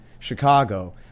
Chicago